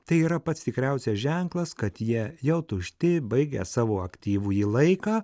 tai yra pats tikriausias ženklas kad jie jau tušti baigę savo aktyvųjį laiką